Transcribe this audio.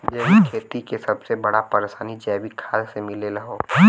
जैविक खेती के सबसे बड़ा परेशानी जैविक खाद के मिलले हौ